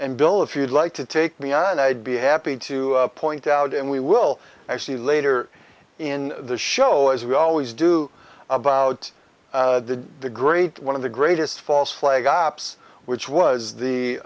and bill if you'd like to take me on i'd be happy to point out and we will actually later in the show as we always do about the the great one of the greatest false flag ops which was the